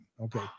Okay